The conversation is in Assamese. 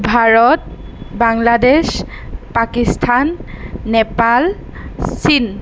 ভাৰত বাংলাদেশ পাকিস্তান নেপাল চীন